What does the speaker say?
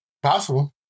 Possible